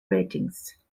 ratings